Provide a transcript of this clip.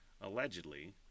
allegedly